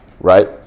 right